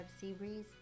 Seabreeze